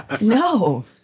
No